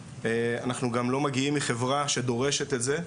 אנחנו גם לא מגיעים מחברה שדורשת את זה,